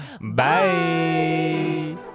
Bye